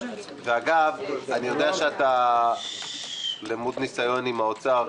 אני יודע למוד ניסיון עם האוצר.